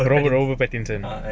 robert robert pattinson